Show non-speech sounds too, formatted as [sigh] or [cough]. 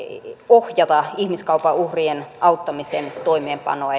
ohjata ihmiskaupan uhrien auttamisen toimeenpanoa [unintelligible]